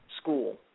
school